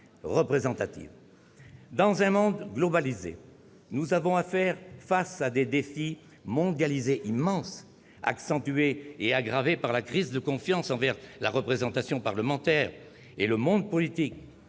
Dans notre monde globalisé, nous avons à faire face à des défis mondialisés immenses, accentués et aggravés par la crise de confiance envers la représentation parlementaire et le monde politique.